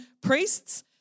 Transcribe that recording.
priests